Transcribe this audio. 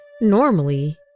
Normally